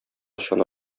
чана